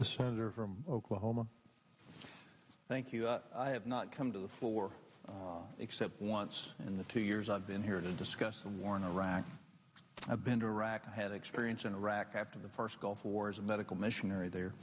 the senator from oklahoma thank you i have not come before except once in the two years i've been here to discuss the war in iraq i've been to iraq i had experience in iraq after the first gulf war as a medical missionary there